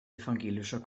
evangelischer